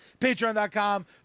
Patreon.com